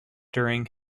during